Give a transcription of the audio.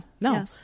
no